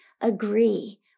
agree